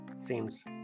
seems